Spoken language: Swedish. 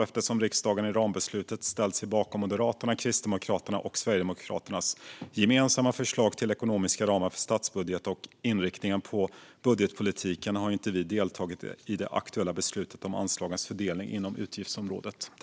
Eftersom riksdagen i rambeslutet ställt sig bakom Moderaternas, Kristdemokraternas och Sverigedemokraternas gemensamma förslag till ekonomiska ramar för statsbudgeten och inriktningen på budgetpolitiken, har vi inte deltagit i det aktuella beslutet om anslagens fördelning inom utgiftsområdet.